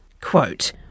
Quote